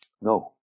No